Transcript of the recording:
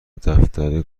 دفتر